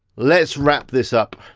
let's wrap this up.